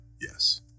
yes